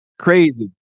Crazy